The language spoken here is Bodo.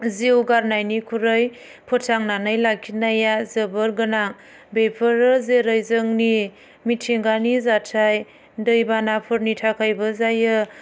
जिउ गारनायनिख्रुइ फोथांनानै लाखिनाया जोबोर गोनां बेफोरो जेरै जोंनि मिथिंगानि जाथाय दैबानाफोरनि थाखायबो जायो